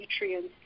nutrients